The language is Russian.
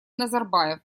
назарбаев